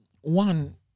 one